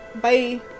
Bye